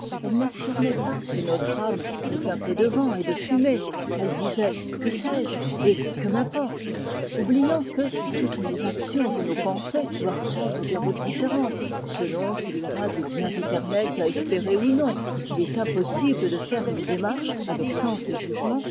elle n'affirmait pas que notre âme n'est qu'un peu de vent et de fumée elle disait que sais-je et que m'importe oubliant que toutes nos actions et nos pensées doivent prendre des routes différentes selon qu'il y aura des biens éternels à espérer ou non et qu'il est impossible de faire une démarche avec sens et jugement